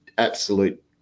absolute